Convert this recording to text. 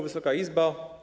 Wysoka Izbo!